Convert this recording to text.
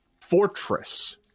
fortress